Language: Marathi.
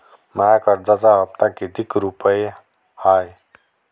माया कर्जाचा हप्ता कितीक रुपये हाय?